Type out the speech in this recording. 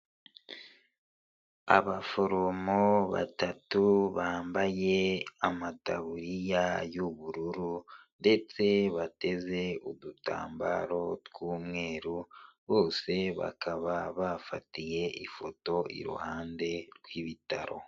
Abaforomo batatu bambaye amataburiya y'ubururu, ndetse bateze udutambaro tw'umweru, bose bakaba bafatiye ifoto iruhande rw'ibitaro.